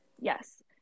Yes